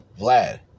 Vlad